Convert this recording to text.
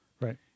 Right